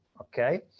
Okay